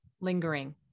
lingering